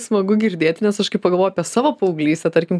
smagu girdėti nes aš kai pagalvoju apie savo paauglystę tarkim